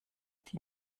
die